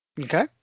Okay